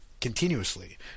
continuously